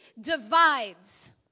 divides